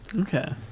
Okay